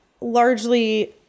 largely